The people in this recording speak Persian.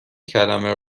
کلمه